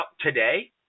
today –